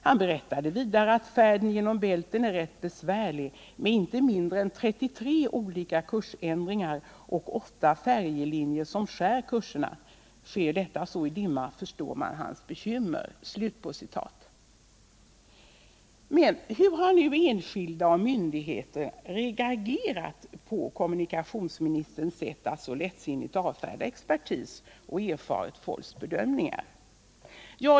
Han berättade vidare att färden genom Bälten är rätt besvärlig med inte mindre än 33 olika kursändringar och 8 färjelinjer som skär kurserna. Sker detta så i dimma förstår man hans bekymmer.” Hur har nu enskilda och myndigheter reagerat på kommunikationsministerns sätt att så lättsinnigt avfärda expertis och erfaret folks bedömningar?